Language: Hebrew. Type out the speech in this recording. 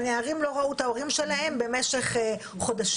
הנערים לא ראו את ההורים שלהם במשך חודשים.